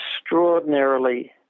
extraordinarily